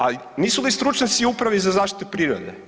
A nisu li stručnjaci u Upravi za zaštitu prirode?